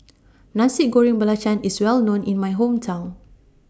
Nasi Goreng Belacan IS Well known in My Hometown